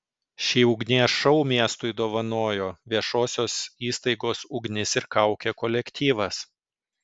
šį ugnies šou miestui dovanojo viešosios įstaigos ugnis ir kaukė kolektyvas